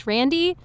Randy